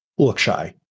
Lookshy